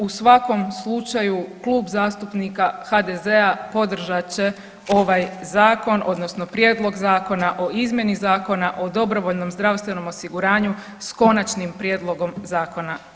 U svakom slučaju Klub zastupnika HDZ-a podržat će ovaj zakon odnosno Prijedlog Zakona o izmjeni Zakona o dobrovoljnom zdravstvenom osiguranju s konačnim prijedlogom zakona.